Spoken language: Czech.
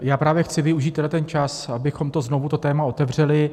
Já právě chci využít tenhle čas, abychom znovu to téma otevřeli.